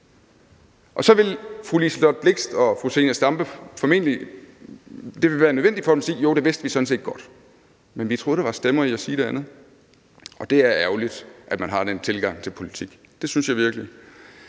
for fru Liselott Blixt og fru Zenia Stampe at sige: Jo, det vidste vi sådan set godt, men vi troede, der var stemmer i at sige det andet. Og det er ærgerligt, at man har den tilgang til politik. Det synes jeg virkelig.